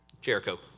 Jericho